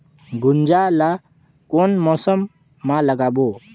गुनजा ला कोन मौसम मा लगाबो?